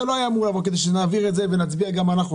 זה לא היה אמור לעבור כדי שנעביר את זה ונצביע גם אנחנו,